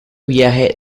viaje